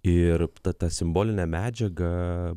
ir ta ta simbolinė medžiaga